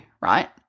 right